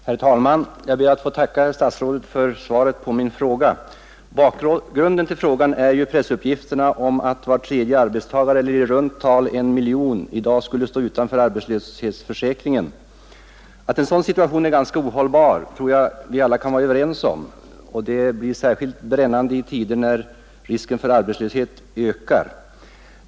Herr talman! Jag ber att få tacka herr statsrådet för svaret på min fråga. Bakgrunden till den är pressuppgifterna om att var tredje arbetstagare eller i runt tal en miljon i dag skulle stå utanför arbetslöshetsförsäkringen. Att en sådan situation är ganska ohållbar tror jag vi alla kan vara överens om. Problemet blir särskilt brännande i tider då risken för arbetslöshet ökar.